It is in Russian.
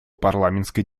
парламентской